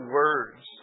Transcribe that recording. words